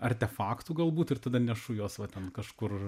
artefaktų galbūt ir tada nešu jos va ten kažkur